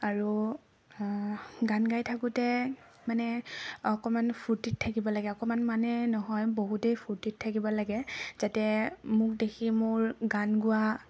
আৰু গান গাই থাকোঁতে মানে অকণমান ফূৰ্তিত থাকিব লাগে অকণমান মানে নহয় বহুতেই ফূৰ্তিত থাকিব লাগে যাতে মোক দেৰি মোৰ গান গোৱা